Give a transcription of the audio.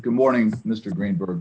good morning mr greenberg